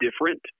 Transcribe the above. different